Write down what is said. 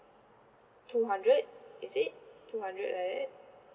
two hundred is it two hundred like that